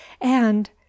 and—